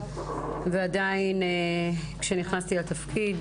ועדיין כשנכנסתי לתפקיד